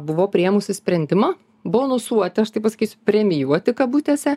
buvo priėmusi sprendimą bonusuoti aš taip pasakysiu premijuoti kabutėse